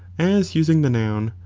as using the noun,